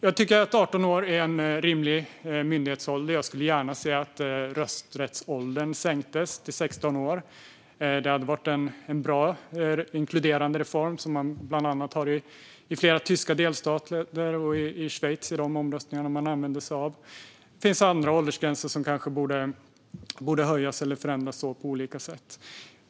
Jag tycker att 18 år är en rimlig myndighetsålder. Jag skulle gärna se att rösträttsåldern sänktes till 16 år. Det hade varit en bra och inkluderande reform. På det sättet har man det bland annat i flera tyska delstater och i Schweiz i de omröstningar man använder sig av där. Det finns andra åldersgränser som kanske borde höjas eller förändras på olika sätt.